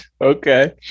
Okay